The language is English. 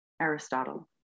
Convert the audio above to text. Aristotle